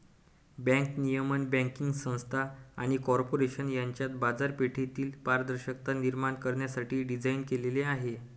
bank नियमन banking संस्था आणि कॉर्पोरेशन यांच्यात बाजारपेठेतील पारदर्शकता निर्माण करण्यासाठी डिझाइन केलेले आहे